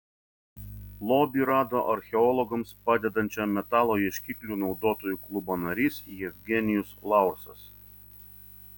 lobį rado archeologams padedančio metalo ieškiklių naudotojų klubo narys jevgenijus laursas